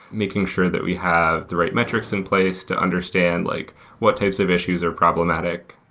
making sure that we have the right metrics in place to understand like what types of issues are problematic.